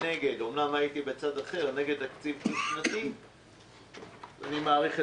אמנם הייתי בצד אחר, אני הייתי נגד תקציב דו-שנתי.